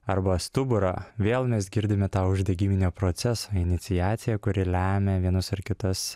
arba stuburą vėl mes girdime tą uždegiminio proceso iniciaciją kuri lemia vienas ar kitas